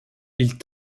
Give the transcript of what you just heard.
ils